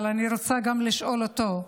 אבל אני רוצה גם לשאול אותו: